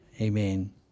Amen